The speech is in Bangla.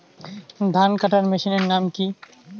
ধান কাটার মেশিনের নাম কি?